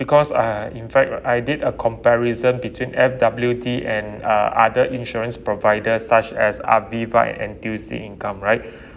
because uh in fact I did a comparison between F_W_D and uh other insurance providers such as Aviva and N_T_U_C income right